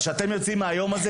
כשאתם יוצאים מהיום הזה,